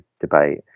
debate